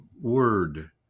word